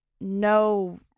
no